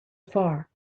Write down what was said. far